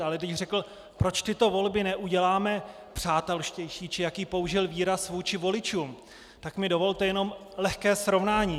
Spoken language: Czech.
Ale když řekl, proč tyto volby neuděláme přátelštější, či jaký použil výraz, vůči voličům, tak mi dovolte jenom lehké srovnání.